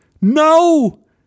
No